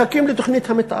מחכים לתוכנית המתאר,